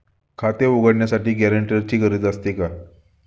खाते उघडण्यासाठी गॅरेंटरची गरज असते का?